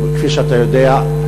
כפי שאתה יודע,